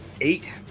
Eight